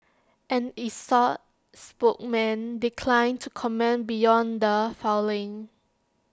an exxon spokesman declined to comment beyond the filing